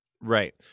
Right